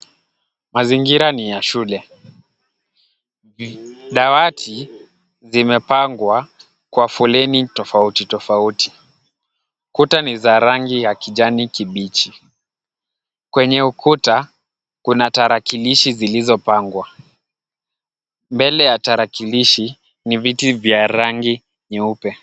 Mazingira ni ya shule. Dawati zimepangwa kwa foleni tofauti tofauti. Kuta ni za rangi ya kijani kibichi. Kwenye ukuta kuna tarakilishi zilizopangwa. Mbele ya tarakilishi ni viti vya rangi nyeupe.